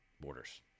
borders